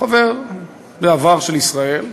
חבר בעבר של ישראל,